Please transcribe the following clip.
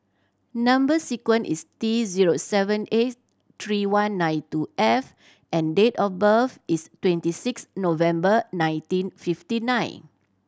number sequence is T zero seven eight three one nine two F and date of birth is twenty six November nineteen fifty nine